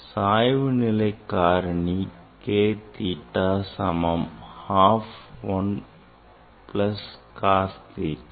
சாய்வு நிலை காரணி K theta சமம் half 1 plus cos theta